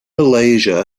malaysia